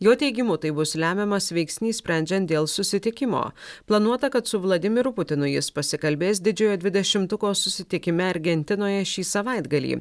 jo teigimu tai bus lemiamas veiksnys sprendžiant dėl susitikimo planuota kad su vladimiru putinu jis pasikalbės didžiojo dvidešimtuko susitikime argentinoje šį savaitgalį